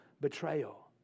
betrayal